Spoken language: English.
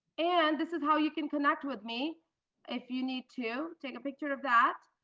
and this is how you can connect with me if you need to. take a picture of that.